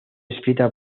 escrita